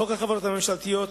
חוק החברות הממשלתיות,